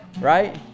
Right